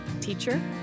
Teacher